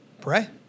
pray